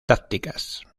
tácticas